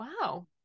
Wow